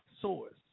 source